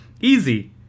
Easy